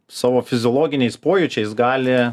savo fiziologiniais pojūčiais gali